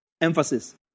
Emphasis